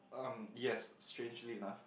um yes strangely enough